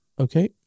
Okay